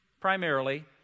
primarily